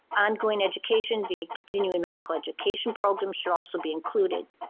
ongoing education, the continuing medical education program should also be included.